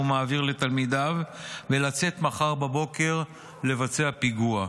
מעביר לתלמידיו ולצאת מחר בבוקר לבצע פיגוע.